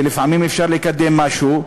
ולפעמים אפשר לקדם משהו.